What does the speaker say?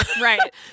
Right